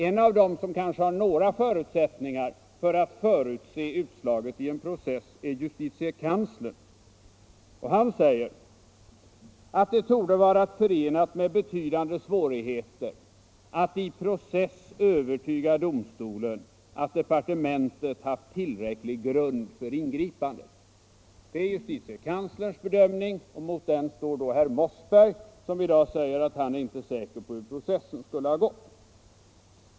En av dem en terare som kanske har några förutsättningar att förutse utgången i en process är justitiekanslern, och han säger att det torde vara förenat med betydande svårigheter att i process övertyga domstolen att departementet haft tillräcklig grund för ingripandet. Det är justitiekanslerns bedömning. Mot den står då herr Mossberg, som säger att han inte är säker på hur processen skulle ha gått.